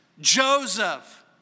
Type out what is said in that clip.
Joseph